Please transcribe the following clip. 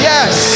Yes